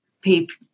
people